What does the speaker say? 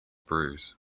bruise